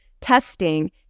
testing